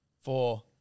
four